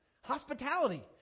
Hospitality